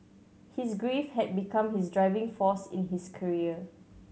his grief had become his driving force in his career